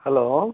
hello